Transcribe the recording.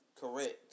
correct